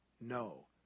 no